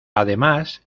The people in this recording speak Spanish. además